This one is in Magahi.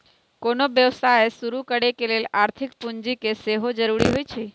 कोनो व्यवसाय शुरू करे लेल आर्थिक पूजी के सेहो जरूरी होइ छै